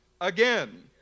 again